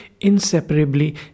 inseparably